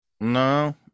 No